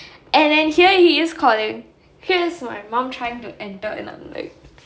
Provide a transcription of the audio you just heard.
and then here he is calling here's my mom trying to enter and I'm like